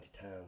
town